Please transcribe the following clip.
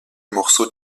morceaux